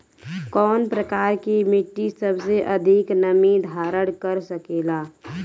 कौन प्रकार की मिट्टी सबसे अधिक नमी धारण कर सकेला?